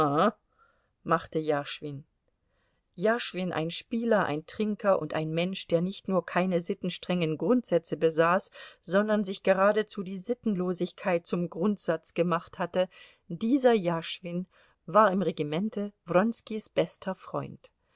machte jaschwin jaschwin ein spieler ein trinker und ein mensch der nicht nur keine sittenstrengen grundsätze besaß sondern sich geradezu die sittenlosigkeit zum grundsatz gemacht hatte dieser jaschwin war im regimente wronskis bester freund